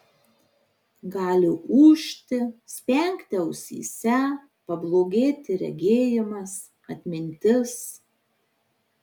gali ūžti spengti ausyse pablogėti regėjimas atmintis